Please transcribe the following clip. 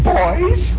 boys